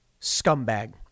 scumbag